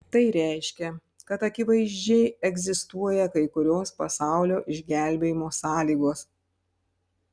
tai reiškia kad akivaizdžiai egzistuoja kai kurios pasaulio išgelbėjimo sąlygos